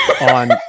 on